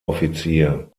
offizier